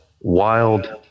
wild